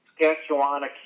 Saskatchewan